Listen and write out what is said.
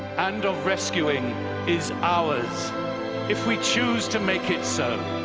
and of rescuing is ours if we choose to make it so